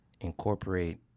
incorporate